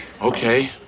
Okay